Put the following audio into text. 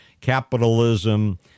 capitalism